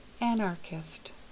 Anarchist